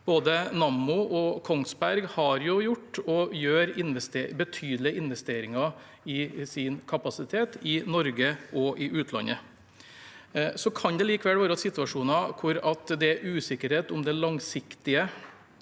både Nammo og Kongsberg har gjort, og gjør, betydelige investeringer i sin kapasitet, i Norge og i utlandet. Likevel kan det være situasjoner hvor det er usikkerhet om det langsiktige